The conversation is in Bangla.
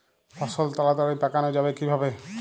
ফসল তাড়াতাড়ি পাকানো যাবে কিভাবে?